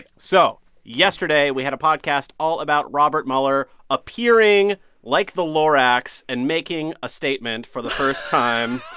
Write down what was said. so yesterday, we had a podcast all about robert mueller appearing like the lorax and making a statement for the first time